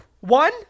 One